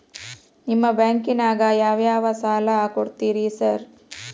ನಿಮ್ಮ ಬ್ಯಾಂಕಿನಾಗ ಯಾವ್ಯಾವ ಸಾಲ ಕೊಡ್ತೇರಿ ಸಾರ್?